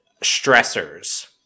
stressors